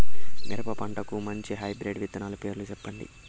మిరప పంటకు మంచి హైబ్రిడ్ విత్తనాలు పేర్లు సెప్పండి?